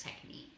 technique